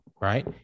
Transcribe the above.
right